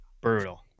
Brutal